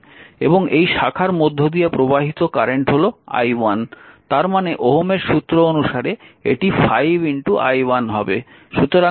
এবং এই শাখার মধ্য দিয়ে প্রবাহিত কারেন্ট হল i1 তার মানে ওহমের সূত্র অনুসারে এটি 5 i1 হবে